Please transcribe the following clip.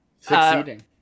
Succeeding